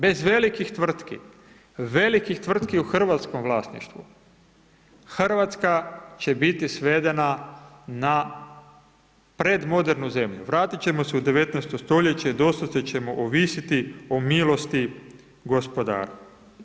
Bez velikih tvrtki, velikih tvrtki u hrvatskom vlasništvu, Hrvatska će biti svedena na predmodernu zemlju, vratit ćemo se u 19. stoljeće, doslovce ćemo ovisiti o milosti gospodara.